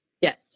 Yes